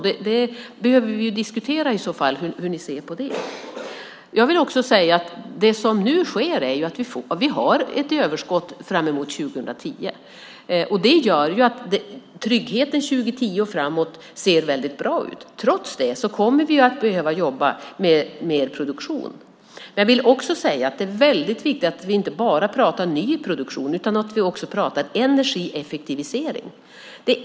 Då behöver vi diskutera hur ni ser på det. Vi har ett överskott fram mot 2010. Tryggheten 2010 och framåt ser bra ut. Trots det kommer vi att behöva jobba med mer produktion. Det är viktigt att vi inte bara pratar ny produktion utan också energieffektivisering.